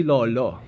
Lolo